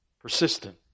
Persistent